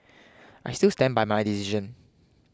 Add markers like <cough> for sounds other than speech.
<noise> I still stand by my decision